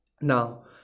Now